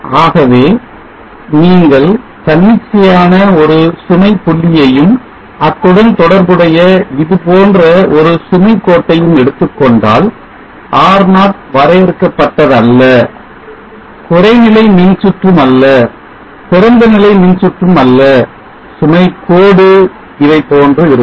ஆகவே நீங்கள் தன்னிச்சையான ஒரு சுமை புள்ளியையும் அத்துடன் தொடர்புடைய இதுபோன்ற ஒரு சுமைக்கோட்டையும் எடுத்துக்கொண்டால் R0 வரையறுக்க பட்டதல்ல குறைநிலை மின்சுற்று மல்ல திறந்தநிலை மின்சுற்றுமல்ல சுமை கோடு இதை போன்று இருக்கும்